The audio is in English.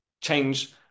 change